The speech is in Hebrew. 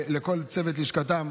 לכל צוות לשכתם.